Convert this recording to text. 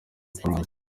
francois